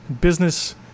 Business